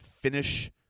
finish